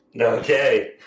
Okay